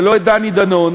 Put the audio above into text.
ולא את דני דנון,